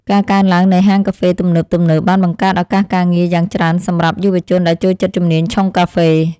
ការកើនឡើងនៃហាងកាហ្វេទំនើបៗបានបង្កើតឱកាសការងារយ៉ាងច្រើនសម្រាប់យុវជនដែលចូលចិត្តជំនាញឆុងកាហ្វេ។